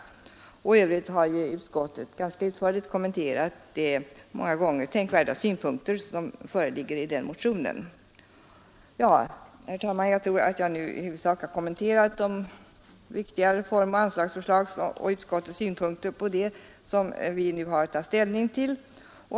I övrigt har utskottet ganska utförligt kommenterat de många gånger tänkvärda synpunkter som föreligger i den motionen. Herr talman! Jag tror att jag nu i huvudsak har kommenterat de viktiga reformoch anslagsförslagen och utskottets synpunkter på det vi har att ta ställning till.